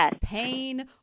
pain